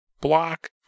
Block